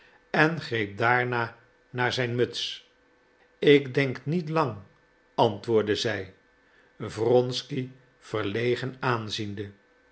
en greep daarna naar zijn muts ik denk niet lang antwoordde zij wronsky verlegen aanziende